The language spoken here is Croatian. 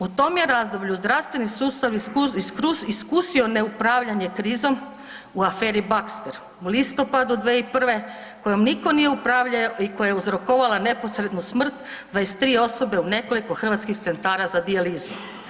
U tom je razdoblju zdravstveni sustav iskusio neupravljanje krizom u aferi Baxter u listopadu 2001. kojom nitko nije upravljao i koja je uzrokovala neposrednu smrt 23 osobe u nekoliko hrvatskih centara za dijalizu.